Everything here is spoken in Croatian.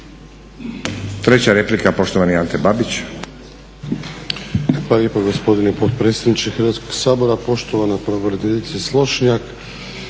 Treća replika poštovani Ante Babić.